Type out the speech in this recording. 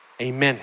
Amen